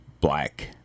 Black